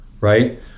right